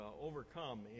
Overcome